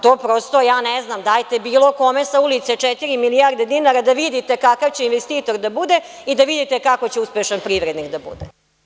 To prosto, ja ne znam, dajte bilo kome sa ulice 4 milijarde dinara da vidite kakav će investitor da bude i da vidite kako će uspešan privrednik da bude.